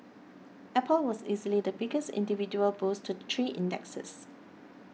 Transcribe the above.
apple was easily the biggest individual boost to three indexes